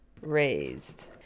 raised